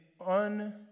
un